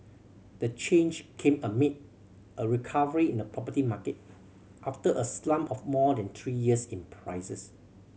the change came amid a recovery in the property market after a slump of more than three years in prices